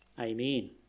Amen